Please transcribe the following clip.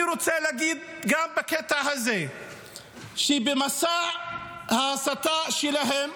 אני רוצה להגיד גם בקטע הזה שבמסע ההסתה שלהם,